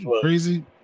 Crazy